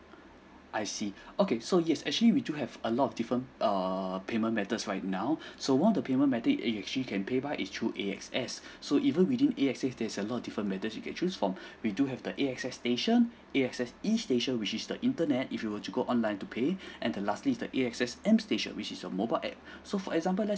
I see okay so yes actually we do have a lot of different err payment methods right now so one of the payment method you actually can pay by is through A_X_S so even within A_X_S there's a lot of different methods you can choose from we do have the A_X_S station A_X_S E station which is the internet if you were to go online to pay and the lastly is the A_X_S M station which is your mobile app so for example let's